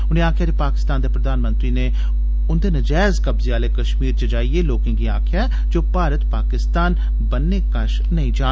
उनें आक्खेआ जे पाकिस्तान दे प्रधानमंत्री नै उंदे नजैज कब्जे आले कश्मीर च जाइयै लोकें गी आक्खेआ ऐ जे ओ भारत पाकिस्तान बन्ने कश नेई जान